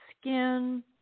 skin